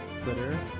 Twitter